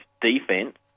defense